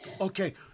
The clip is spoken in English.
Okay